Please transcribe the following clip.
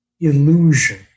illusion